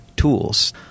tools